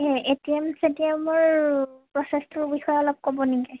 ATM চেটিএমৰ প্ৰ'চেছটোৰ বিষয়ে অলপ ক'ব নেকি